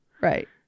Right